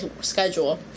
schedule